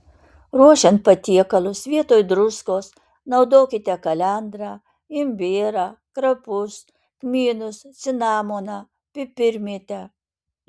ruošiant patiekalus vietoj druskos naudokite kalendrą imbierą krapus kmynus cinamoną pipirmėtę